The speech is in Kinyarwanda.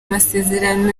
amasezerano